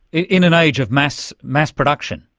in in an age of mass mass production,